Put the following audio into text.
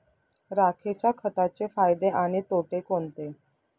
राखेच्या खताचे फायदे आणि तोटे कोणते?